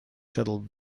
shuttle